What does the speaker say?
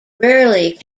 rarely